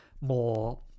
more